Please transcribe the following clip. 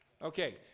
Okay